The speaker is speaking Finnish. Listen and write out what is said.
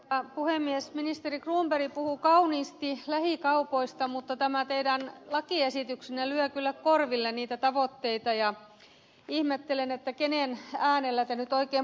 ministeri cronberg puhui kauniisti lähikaupoista mutta tämä teidän lakiesityksenne lyö kyllä korville niitä tavoitteita ja ihmettelen kenen äänellä te nyt oikein puhutte